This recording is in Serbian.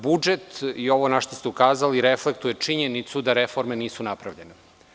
Budžet i ovo na šta ste ukazali reflektuje činjenicu da reforme nisu napravljene.